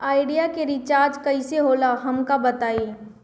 Idea के recharge कईसे होला हमका बताई?